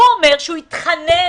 הוא אומר שהוא התחנן